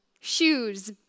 shoes